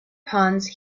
ponds